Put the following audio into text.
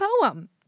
poem